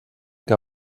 que